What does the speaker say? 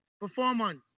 performance